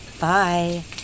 Bye